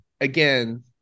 again